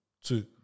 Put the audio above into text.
Two